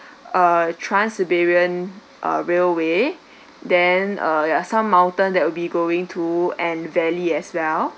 uh trans siberian railway then uh some mountain that would be going to and valley as well